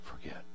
forget